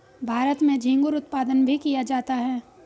भारत में झींगुर उत्पादन भी किया जाता है